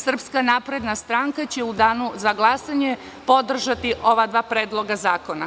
Srpska napredna stranka će u danu za glasanje podržati ova dva predloga zakona.